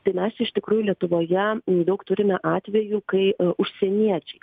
tai mes iš tikrųjų lietuvoje daug turime atvejų kai užsieniečiai